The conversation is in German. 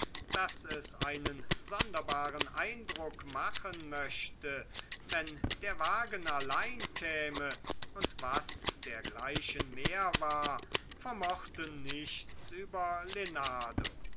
daß es einen sonderbaren eindruck machen möchte wenn der wagen allein käme und was dergleichen mehr war vermochten nichts über